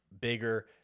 bigger